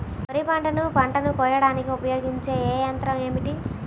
వరిపంటను పంటను కోయడానికి ఉపయోగించే ఏ యంత్రం ఏమిటి?